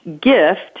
gift